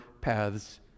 paths